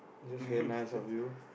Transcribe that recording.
that's very nice of you